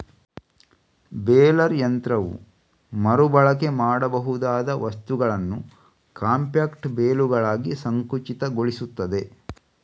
baler ಯಂತ್ರವು ಮರು ಬಳಕೆ ಮಾಡಬಹುದಾದ ವಸ್ತುಗಳನ್ನ ಕಾಂಪ್ಯಾಕ್ಟ್ ಬೇಲುಗಳಾಗಿ ಸಂಕುಚಿತಗೊಳಿಸ್ತದೆ